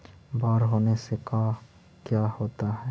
बाढ़ होने से का क्या होता है?